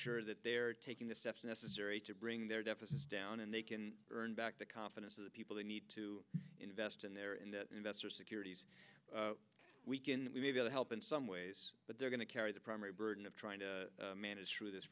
sure that they're taking the steps necessary to bring their deficits down and they can earn back the confidence of the people they need to invest in their and investor securities weekend we need help in some ways but they're going to carry the primary burden of trying to manage through this